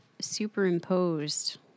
superimposed